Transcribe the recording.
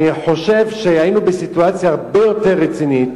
אני חושב שהיינו בסיטואציה הרבה יותר רצינית